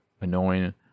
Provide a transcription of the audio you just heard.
annoying